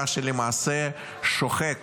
מה שלמעשה שוחק